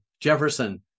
Jefferson